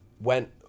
went